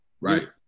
right